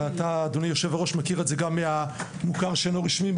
אדוני היושב-ראש אתה מכיר את זה מהמוכר שאינו רשמי,